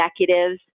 executives